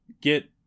get